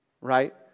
Right